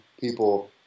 people